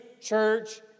church